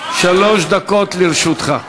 שלוש דקות לרשותך.